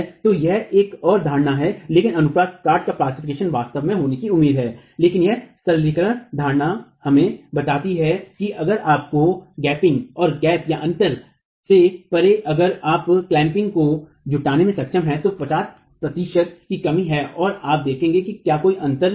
तो यह एक और धारणा है लेकिन अनुप्रस्थ काट का प्लास्टिफिकेशन वास्तव में होने की उम्मीद है लेकिन यह सरलीकृत धारणा हमें बताती है कि अगर आपने गैपिंग और गैप से परे अगर आप क्लैम्पिंग को जुटाने में सक्षम हैं तो 50 की कमी है आप देखेंगे कि क्या कोई अंतर है